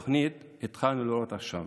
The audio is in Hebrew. את הניצנים של התוכנית התחלנו לראות עכשיו.